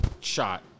shot